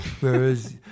Whereas